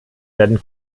werden